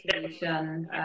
situation